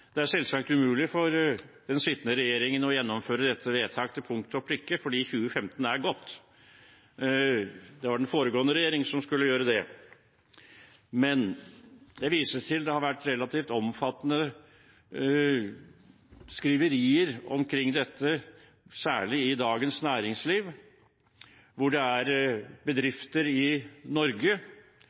Det er selvsagt umulig for den sittende regjeringen å gjennomføre dette vedtaket til punkt og prikke, fordi 2015 er gått. Det var den foregående regjering som skulle gjøre det. Jeg viser til at det har vært relativt omfattende skriverier omkring dette, særlig i Dagens Næringsliv, om at det er bedrifter i Norge